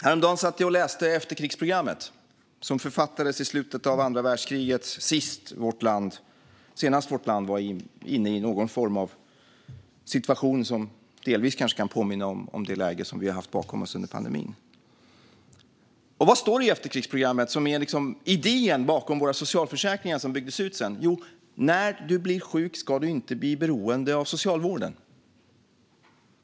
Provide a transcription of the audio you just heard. Häromdagen satt jag och läste efterkrigsprogrammet, som författades i slutet av andra världskriget, senast vårt land var inne i någon form av situation som delvis kanske kan påminna om det läge vi haft bakom oss under pandemin. Vad står det då i efterkrigsprogrammet om idén bakom våra socialförsäkringar, som sedan byggdes ut? Jo, när man blir sjuk ska man inte bli beroende av socialvården.